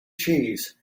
cheese